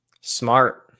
Smart